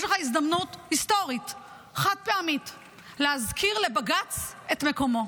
יש לך הזדמנות היסטורית חד-פעמית להזכיר לבג"ץ את מקומו.